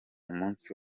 munsi